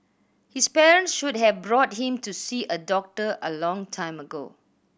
his parents should have brought him to see a doctor a long time ago